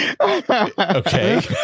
Okay